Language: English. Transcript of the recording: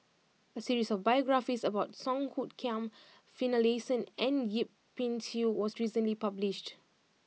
a series of biographies about Song Hoot Kiam Finlayson and Yip Pin Xiu was recently published